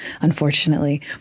unfortunately